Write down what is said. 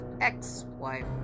ex-wife